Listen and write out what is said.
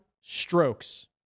strokes